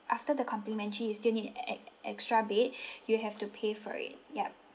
after the complimentary you still need an extra bed you have to pay for it yup